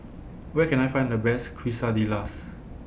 Where Can I Find The Best Quesadillas